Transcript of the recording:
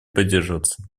поддерживаться